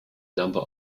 number